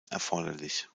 erforderlich